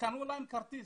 קנו להם כרטיס.